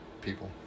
people